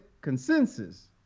consensus